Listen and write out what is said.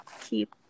keep